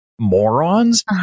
morons